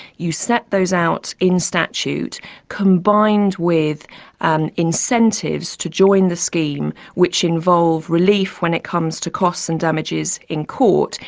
you set those out in statute combined with and incentives to join the scheme, which involve relief when it comes to costs and damages in court,